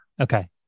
Okay